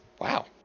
Wow